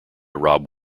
rob